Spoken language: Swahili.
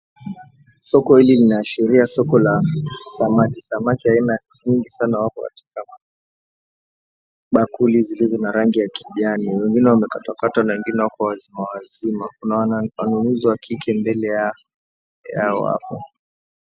Soko hili linaashiria soko la samaki. Samaki aina nyingi sana wako katika bakuli zilizo na rangi ya kijani. Wengine wamekatwakatwa na wengine wako wazima wazima. Kuna wanunuzi wa kike mbele yao hapo.